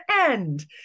end